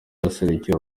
yaserukiye